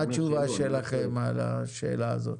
מה התשובה שלכם על השאלה הזאת?